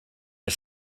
are